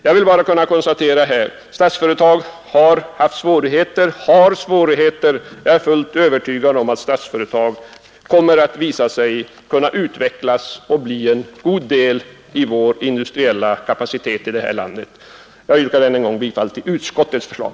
Jag vill bara konstatera att Statsföretag AB har haft och har svårigheter, men jag är fullt övertygad om att Statsföretag AB kommer att kunna utvecklas och bli en god del av vår industriella kapacitet här i landet. Jag yrkar ännu en gång bifall till utskottets förslag.